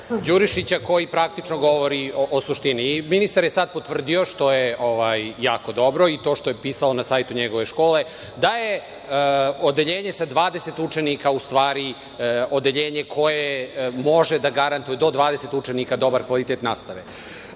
Đurišića, koji praktično govori o suštini. Ministar je sada potvrdio, što je jako dobro, i to što je pisalo na sajtu njegove škole, da je odeljenje sa 20 učenika u stvari odeljenje koje može da garantuje, do 20 učenika, dobar kvalitet nastave. Onda